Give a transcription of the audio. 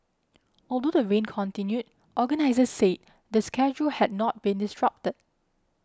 although the rain continued organisers said the schedule had not been disrupted